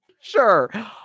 Sure